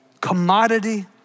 commodity